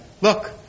look